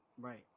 right